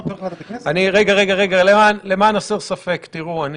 רגע, רגע, למען הסר ספק, אני